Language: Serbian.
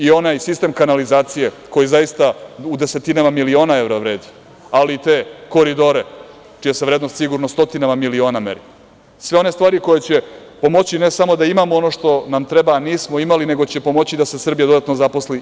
Onaj sistem kanalizacije koji zaista u desetinama miliona evra vrede, ali i te koridore čija je vrednost stotinama miliona meri, sve one stvari koje će pomoći ne samo da imamo ono što nam treba, a nismo imali, nego će pomoći da se Srbija dodatno zaposli.